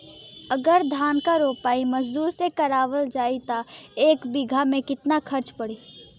अगर धान क रोपाई मजदूर से करावल जाई त एक बिघा में कितना खर्च पड़ी?